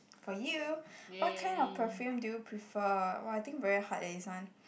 for you what kind of perfume do you prefer but I think very hard that is one